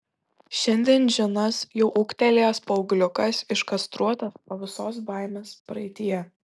šiandien džinas jau ūgtelėjęs paaugliukas iškastruotas o visos baimės praeityje